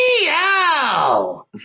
Meow